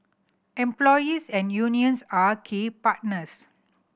employers and unions are key partners